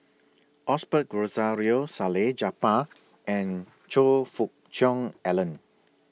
Osbert Rozario Salleh Japar and Choe Fook Cheong Alan